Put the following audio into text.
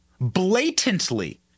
blatantly